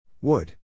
wood